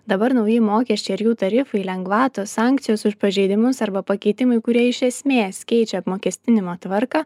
dabar nauji mokesčiai ir jų tarifai lengvatos sankcijos už pažeidimus arba pakeitimai kurie iš esmės keičia apmokestinimo tvarką